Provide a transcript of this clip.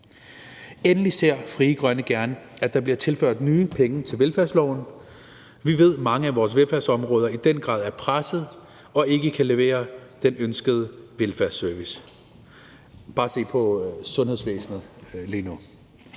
Endelig ser Frie Grønne gerne, at der bliver tilført nye penge til velfærdsloven. Vi ved, at mange af vores velfærdsområder i den grad er pressede og ikke kan levere den ønskede velfærdsservice – bare se på sundhedsvæsenet lige nu.